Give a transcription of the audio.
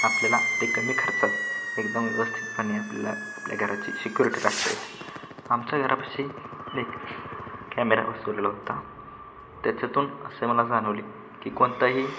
आपल्याला ते कमी खर्चात एकदम व्यवस्थितपणे आपल्याला आपल्या घराची शिक्युरिटी राखता येते आमच्या घरापाशी एक कॅमेरा बसवलेला होता त्याच्यातून असे मला जाणवले की कोणताही